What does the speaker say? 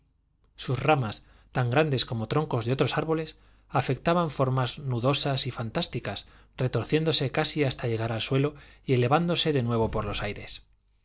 sus ramas tan grandes como troncos de otros árboles afectaban formas nudosas y fantásticas retorciéndose casi hasta llegar al suelo y elevándose de nuevo por los aires